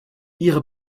ihre